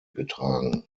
getragen